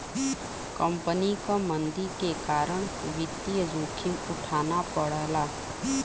company क मंदी के कारण वित्तीय जोखिम उठाना पड़ला